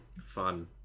Fun